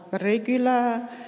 regular